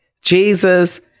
Jesus